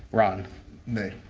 around may